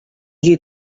you